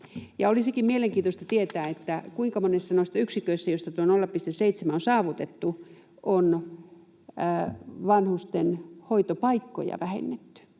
Olisikin mielenkiintoista tietää, kuinka monessa noista yksiköistä, joissa tuo 0,7 on saavutettu, on vanhusten hoitopaikkoja vähennetty.